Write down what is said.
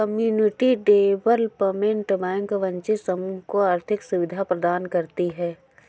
community development bank वंचित समूह को आर्थिक सुविधा प्रदान करती है